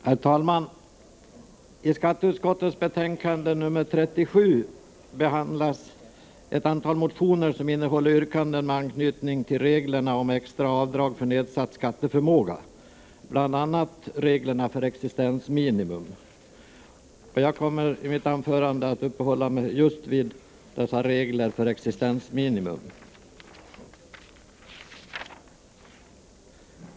Herr talman! I skatteutskottets betänkande nr 37 behandlas ett antal motioner som innehåller yrkanden med anknytning till reglerna om extra avdrag för nedsatt skatteförmåga, bl.a. reglerna för existensminimum. Jag kommer i mitt anförande att uppehålla mig just vid dessa regler för existensminimum.